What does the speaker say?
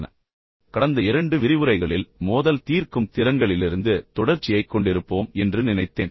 பின்னர் கடந்த இரண்டு விரிவுரைகளில் மோதல் தீர்க்கும் திறன்களிலிருந்து தொடர்ச்சியைக் கொண்டிருப்போம் என்று நினைத்தேன்